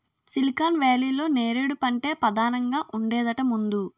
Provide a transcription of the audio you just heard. silicon వేలీలో నేరేడు పంటే పదానంగా ఉండేదట ముందు